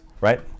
right